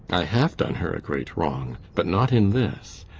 i have done her a great wrong. but not in this.